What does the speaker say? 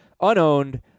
unowned